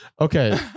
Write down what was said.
Okay